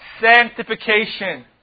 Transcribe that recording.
sanctification